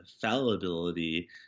fallibility